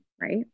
right